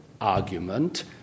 argument